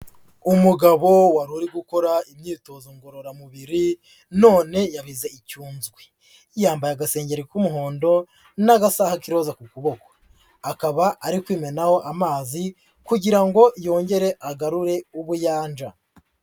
Umugabo wari uri gukora imyitozo ngororamubiri none yabize icyunzwe, yambaye agasengeri k'umuhondo n'agasaha k'iroza ku kuboko, akaba ari kwimenaho amazi kugira ngo yongere agarure ubuyanja.